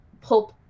pulp